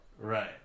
Right